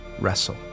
wrestle